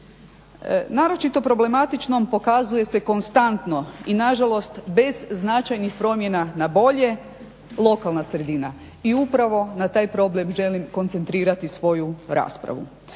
Naročito problematičnom pokazuje se konstantno i nažalost bez značajnih promjena na bolje lokalna sredina i upravo na taj problem želim koncentrirati svoju raspravu.